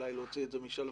אולי להוציא את זה משלוותה.